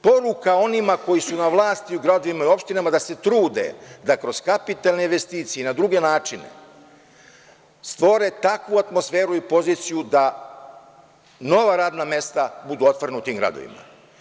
Poruka onima koji su na vlasti u gradovima i opštinama da se trude da kroz kapitalne investicije i na druge načine stvore takvu atmosferu i poziciju da nova radna mesta budu otvorena u tim gradovima.